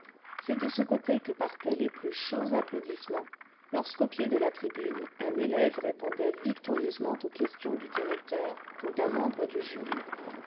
c'est de ce côté que partaient les plus chauds applaudissements lorsqu'au pied de la tribune un élève répondait victorieusement aux questions du directeur ou d'un membre du jury